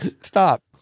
Stop